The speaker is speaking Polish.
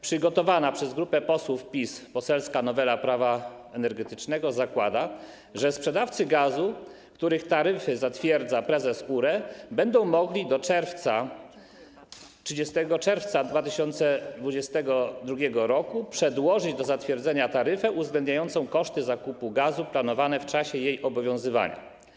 Przygotowana przez grupę posłów PiS poselska nowela Prawa energetycznego zakłada, że sprzedawcy gazu, których taryfy zatwierdza prezes URE, będą mogli do 30 czerwca 2022 r. przedłożyć do zatwierdzenia taryfę uwzględniającą koszty zakupu gazu planowane w czasie jej obowiązywania.